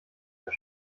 der